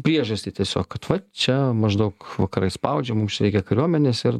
priežastį tiesiog kad va čia maždaug vakarai spaudžia mums reikia kariuomenės ir